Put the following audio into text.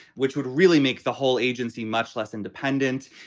which would really make the whole agency much less independent.